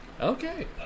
Okay